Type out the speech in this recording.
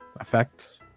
effects